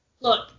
Look